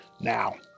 Now